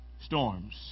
storms